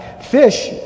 Fish